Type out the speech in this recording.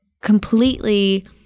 completely